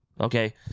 okay